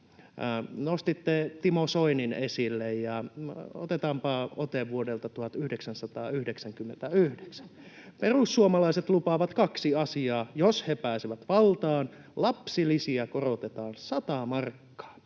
nostitte Timo Soinin esille. Otetaanpa ote vuodelta 1999: ”Perussuomalaiset lupaavat kaksi asiaa, jos he pääsevät valtaan: Lapsilisiä korotetaan sata markkaa.